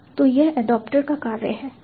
तो यह एडॉप्टर का कार्य है